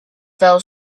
fell